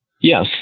Yes